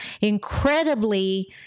incredibly